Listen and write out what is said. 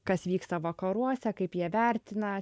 kas vyksta vakaruose kaip jie vertina